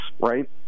right